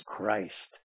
Christ